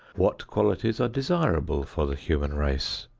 what qualities are desirable for the human race?